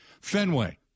Fenway